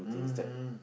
mmhmm